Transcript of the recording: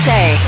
Say